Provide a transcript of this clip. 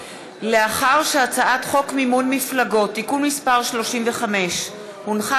לאחר שהצעת חוק מימון מפלגות (תיקון מס' 35) הונחה